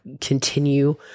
continue